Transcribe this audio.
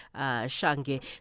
Shange